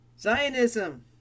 Zionism